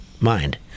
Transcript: mind